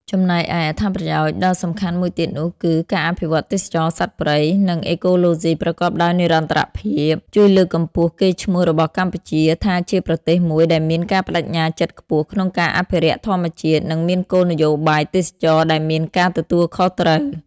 ចំំណែកឯ អត្ថប្រយោជន៍ដល់សំខាន់មួយទៀតនោះគឺ ការអភិវឌ្ឍទេសចរណ៍សត្វព្រៃ និងអេកូឡូស៊ីប្រកបដោយនិរន្តរភាព ជួយលើកកម្ពស់កេរ្តិ៍ឈ្មោះរបស់កម្ពុជាថាជាប្រទេសមួយដែលមានការប្តេជ្ញាចិត្តខ្ពស់ក្នុងការអភិរក្សធម្មជាតិ និងមានគោលនយោបាយទេសចរណ៍ដែលមានការទទួលខុសត្រូវ។